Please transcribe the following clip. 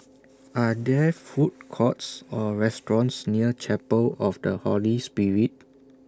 Are There Food Courts Or restaurants near Chapel of The Holy Spirit